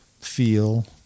feel